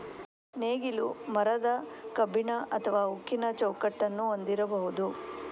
ನೇಗಿಲು ಮರದ, ಕಬ್ಬಿಣ ಅಥವಾ ಉಕ್ಕಿನ ಚೌಕಟ್ಟನ್ನು ಹೊಂದಿರಬಹುದು